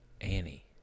Annie